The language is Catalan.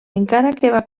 encara